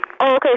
okay